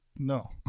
No